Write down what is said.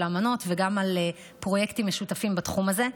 אמנות וגם על פרויקטים משותפים בתחום הזה.